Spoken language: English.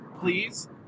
please